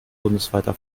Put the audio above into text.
bundesweiter